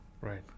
Right